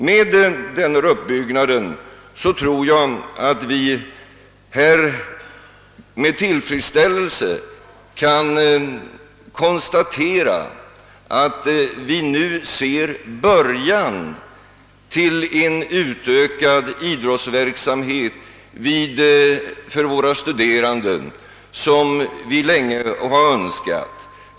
Vi kan med tillfredsställelse konstatera att vi i denna uppbyggnad ser en början till den utökade idrottsverksamhet för våra studerande som vi länge har önskat.